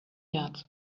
yards